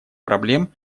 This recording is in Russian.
проблем